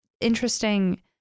interesting